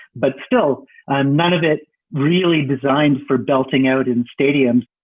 but still and none of it really designed for belting out in stadiums.